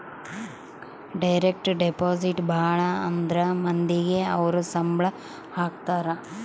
direct deposit ಭಾಳ ಅಂದ್ರ ಮಂದಿಗೆ ಅವ್ರ ಸಂಬ್ಳ ಹಾಕತರೆ